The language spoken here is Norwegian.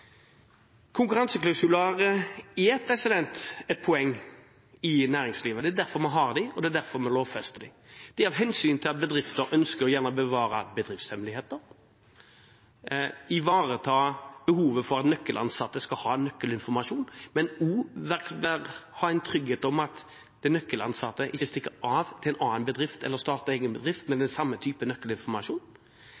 Konkurranseklausuler er et poeng i næringslivet. Det er derfor vi har dem, og det er derfor vi lovfester dem. Det er av hensyn til at bedrifter gjerne ønsker å bevare bedriftshemmeligheter, ivareta behovet for at nøkkelansatte skal ha en nøkkelinformasjon, men også ha trygghet for at den nøkkelansatte ikke stikker av til en annen bedrift eller starter egen bedrift med den samme type nøkkelinformasjon.